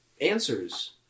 answers